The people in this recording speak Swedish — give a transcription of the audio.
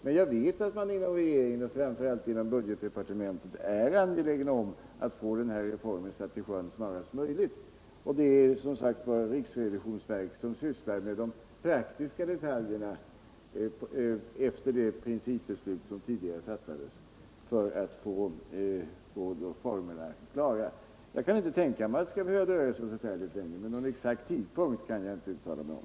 Men jag vet att man inom regeringen och framför allt inom budgetdepartementet är angelägen om att få den här reformen satt i sjön snarast möjligt. Och det är som sagt riksrevisionsverket som sysslar med de praktiska detaljerna efter det principbeslut som tidigare fattades för att få formerna klara. Jag kan inte tänka mig att det skall behöva dröja så förfärligt länge, men någon exakt tidpunkt kan jag inte uttala mig om.